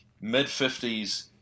mid-50s